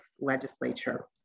Legislature